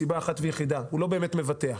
מסיבה אחת ויחידה: הוא לא באמת מבטח.